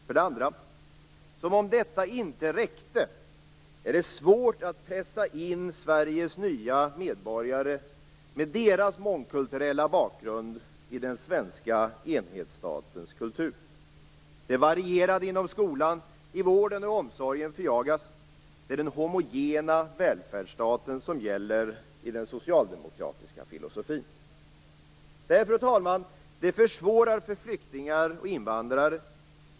För det andra: Som om detta inte räckte, är det svårt att pressa in Sveriges nya medborgare med deras mångkulturella bakgrund i den svenska enhetsstatens kultur. Den varierar inom skolan och förjagas i vården eller omsorgen. Det är den homogena välfärdsstaten som gäller i den socialdemokratiska filosofin. Detta, fru talman, försvårar för flyktingar och invandrare.